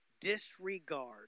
disregard